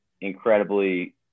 incredibly